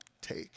take